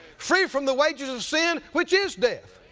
free from the wages of sin which is death.